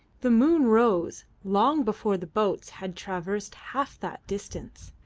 the moon rose long before the boats had traversed half that distance,